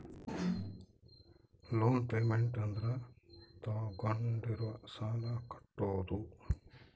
loan payment ಅಂದ್ರ ತಾಗೊಂಡಿರೋ ಸಾಲ ಕಟ್ಟೋದು